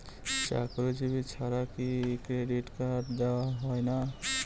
চাকুরীজীবি ছাড়া কি ক্রেডিট কার্ড দেওয়া হয় না?